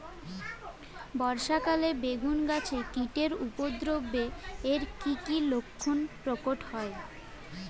বর্ষা কালে বেগুন গাছে কীটের উপদ্রবে এর কী কী লক্ষণ প্রকট হয়?